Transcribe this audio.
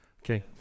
Okay